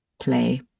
play